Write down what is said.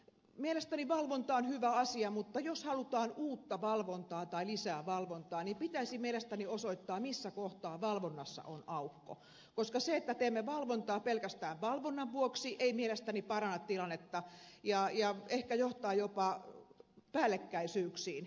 mielestäni valvonta on hyvä asia mutta jos halutaan uutta valvontaa tai lisää valvontaa pitäisi mielestäni osoittaa missä kohtaa valvonnassa on aukko koska se että teemme valvontaa pelkästään valvonnan vuoksi ei mielestäni paranna tilannetta ja ehkä johtaa jopa päällekkäisyyksiin